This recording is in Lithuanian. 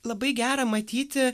labai gera matyti